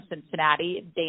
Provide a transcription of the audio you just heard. Cincinnati